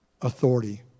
Authority